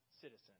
citizen